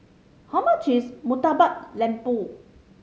how much is Murtabak Lembu